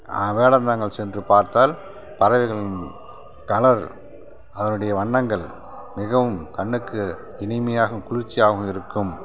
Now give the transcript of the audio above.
வேடந்தாங்கல் சென்று பார்த்தால் பறவைகளின் கலர் அதனுடைய வண்ணங்கள் மிகவும் கண்ணுக்கு இனிமையாகவும் குளிர்ச்சியாகவும் இருக்கும்